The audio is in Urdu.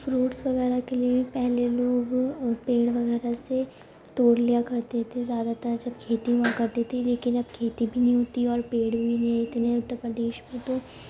فروٹس وغیرہ کے لیے بھی پہلے لوگ پیڑ وغیرہ سے توڑ لیا کرتے تھے زیادہ تر جب کھیتی ہوا کرتی تھی لیکن اب کھیتی بھی نہیں ہوتی ہے اور پیڑ بھی نہیں اتنے اتر پردیش میں تو